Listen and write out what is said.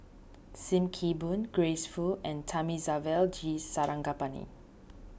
Sim Kee Boon Grace Fu and Thamizhavel G Sarangapani